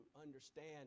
understand